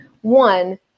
One